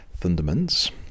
Thundermans